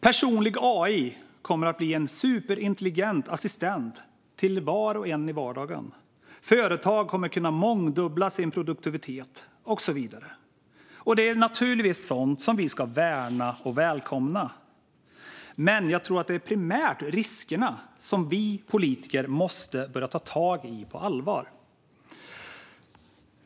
Personlig AI kommer att bli en superintelligent assistent till var och en i vardagen. Företag kommer att kunna mångdubbla sin produktivitet, och så vidare. Det är naturligtvis sådant som vi ska värna och välkomna. Jag tror att det är primärt riskerna som vi politiker måste börja ta tag i på allvar.